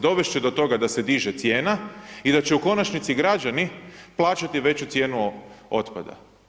Dovesti će do toga da se diže cijena i da će u konačnici građani plaćati veću cijenu otpada.